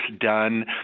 done